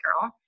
girl